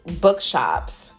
bookshops